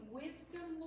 wisdom